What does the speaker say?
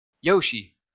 Yoshi